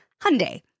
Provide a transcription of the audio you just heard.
Hyundai